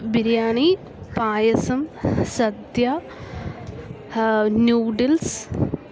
biryani payasam sadya noodles